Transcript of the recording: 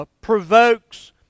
provokes